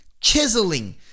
chiseling